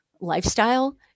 lifestyle